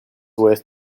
worth